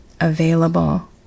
available